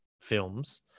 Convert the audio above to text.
films